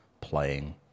playing